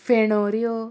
फेणोऱ्यो